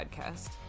podcast